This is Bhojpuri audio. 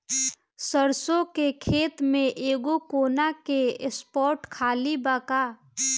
सरसों के खेत में एगो कोना के स्पॉट खाली बा का?